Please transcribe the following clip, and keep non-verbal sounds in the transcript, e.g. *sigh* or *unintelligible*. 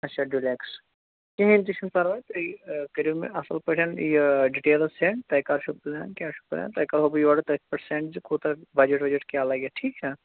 اچھا ڈیولیٚکٕس کِہیٖنۍ تہِ چھُنہٕ پرواے تُہۍ کٔرو مےٚ اَصٕل پٲٹھۍ یہِ ڈِٹیلٕز سیٚنٛڈ تۄہہِ کیٛاہ چھُو پٕلین کیٛاہ چھُ پٕلین تۄہہِ کَرٕہو بہٕ یورٕے *unintelligible* سیٚنٛڈ زِ کوتاہ بَجَٹ کیٛاہ لَگہِ اَتھ ٹھیٖک چھا